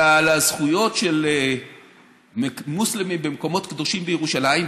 ועל הזכויות של מוסלמים במקומות קדושים בירושלים,